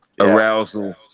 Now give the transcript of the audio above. Arousal